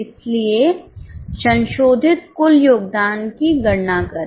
इसलिए संशोधित कुल योगदान की गणना करें